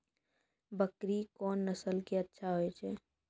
बकरी कोन नस्ल के अच्छा होय छै?